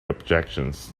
objections